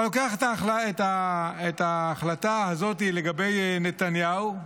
אתה לוקח את ההחלטה הזאת לגבי נתניהו,